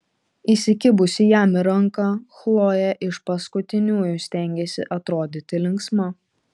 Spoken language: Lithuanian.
įsikibusi jam į ranką chlojė iš paskutiniųjų stengėsi atrodyti linksma